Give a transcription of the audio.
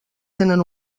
tenen